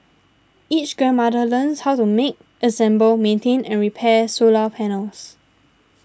each grandmother learns how to make assemble maintain and repair solar panels